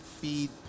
Feed